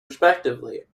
respectively